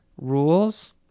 rules